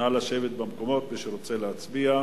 נא לשבת במקומות, מי שרוצה להצביע.